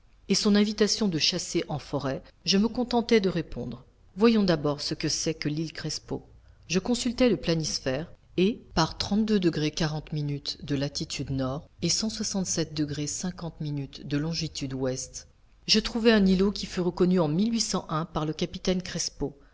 et son invitation de chasser en forêt je me contentai de répondre voyons d'abord ce que c'est que l'île crespo je consultai le planisphère et par de latitude nord et de longitude ouest je trouvai un îlot qui fut reconnu en par le capitaine crespo